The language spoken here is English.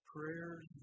Prayers